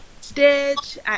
stitch